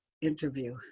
interview